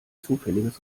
zufälliges